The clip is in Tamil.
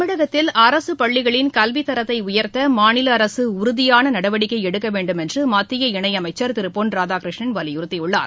தமிழகத்தில் அரசுப்பள்ளிகளின் கல்வித்தரத்தை உயர்த்த மாநில அரசு உறுதியான நடவடிக்கை எடுக்க வேண்டும் என்று மத்திய இணையமைச்சர் திரு பொன் ராதாகிருஷ்ணன் வலியுறுத்தியுள்ளார்